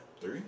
Three